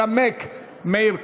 חוק ומשפט להכנתה לקריאה ראשונה.